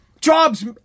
Jobs